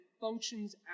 functions